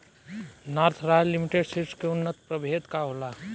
North Royal Limited Seeds के उन्नत प्रभेद का होला?